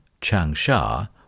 Changsha